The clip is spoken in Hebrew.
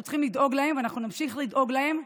אנחנו צריכים לדאוג להם, ואנחנו נמשיך לדאוג להם.